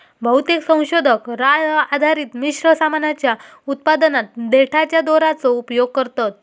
बहुतेक संशोधक राळ आधारित मिश्र सामानाच्या उत्पादनात देठाच्या दोराचो उपयोग करतत